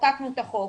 כשחוקקנו את החוק.